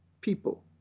people